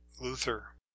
Luther